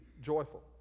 joyful